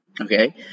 okay